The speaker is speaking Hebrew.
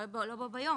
לא בו ביום,